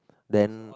then